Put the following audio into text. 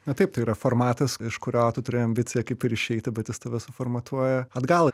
na taip tai yra formatas iš kurio tu turi ambiciją kaip ir išeiti bet jis tave suformatuoja atgal